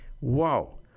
wow